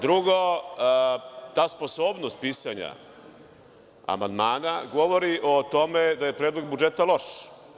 Drugo, ta sposobnost pisanja amandmana govori o tome da je Predlog budžeta loš.